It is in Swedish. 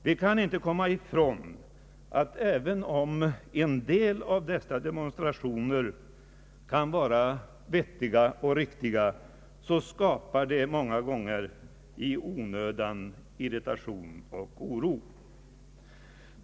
Vi kan inte komma ifrån att även om en del av dessa demonstrationer kan vara vettiga och riktiga så skapar de många gånger i onödan irritation och oro.